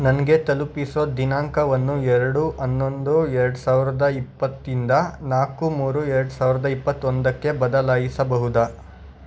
ನನಗೆ ತಲುಪಿಸೊ ದಿನಾಂಕವನ್ನು ಎರಡು ಹನ್ನೊಂದು ಎರಡು ಸಾವಿರದ ಇಪ್ಪತ್ತಿಂದ ನಾಲ್ಕು ಮೂರು ಎರಡು ಸಾವಿರದ ಇಪ್ಪತ್ತೊಂದಕ್ಕೆ ಬದಲಾಯಿಸಬಹುದೇ